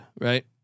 right